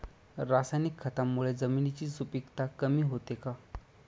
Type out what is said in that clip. रासायनिक खतांमुळे जमिनीची सुपिकता कमी होते का?